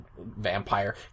vampire